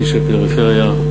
איש הפריפריה,